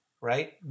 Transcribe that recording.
right